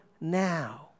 now